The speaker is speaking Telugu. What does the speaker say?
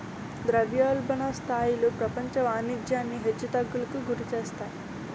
ద్రవ్యోల్బణ స్థాయిలు ప్రపంచ వాణిజ్యాన్ని హెచ్చు తగ్గులకు గురిచేస్తాయి